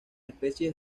especies